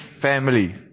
family